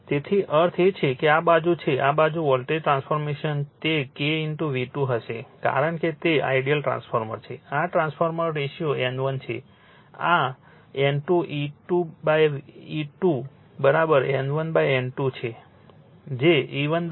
તેનો અર્થ એ કે આ બાજુ એટલે કે આ બાજુના વોલ્ટેજ ટ્રાન્સફોર્મેશન તે K V2 હશે કારણ કે તે આઇડીઅલ ટ્રાન્સફોર્મર છે આ ટ્રાન્સફોર્મ રેશિયો N1 છે આ N2 E1 E2 N1 N2 છે જે E1 E2 N1 N2 છે